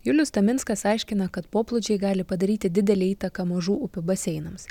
julius taminskas aiškina kad poplūdžiai gali padaryti didelę įtaką mažų upių baseinams